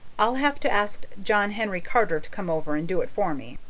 i'll have to ask john henry carter to come over and do it for me.